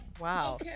Wow